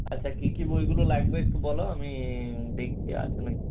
আচ্ছা কী কী বইগুলো লাগবে একটু বলো আমি দেখছি আছে নাকি